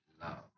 love